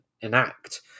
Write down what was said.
enact